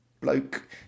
bloke